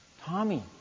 Tommy